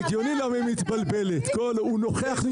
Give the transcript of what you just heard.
זה הגיוני למה היא מתבלבלת כי הוא נוכח-נפקד,